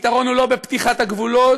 הפתרון הוא לא בפתיחת הגבולות,